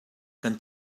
kan